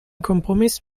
kompromiss